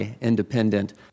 Independent